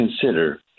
consider